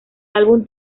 álbum